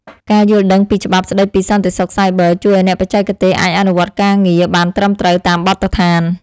ការយល់ដឹងពីច្បាប់ស្តីពីសន្តិសុខសាយប័រជួយឱ្យអ្នកបច្ចេកទេសអាចអនុវត្តការងារបានត្រឹមត្រូវតាមបទដ្ឋាន។